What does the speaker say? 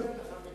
אני רק מציע לך,